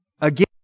Again